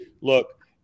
Look